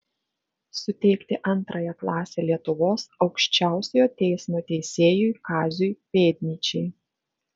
suteikti antrąją klasę lietuvos aukščiausiojo teismo teisėjui kaziui pėdnyčiai